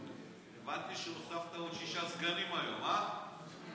הבנתי שהוספת עוד שישה סגנים היום, אה?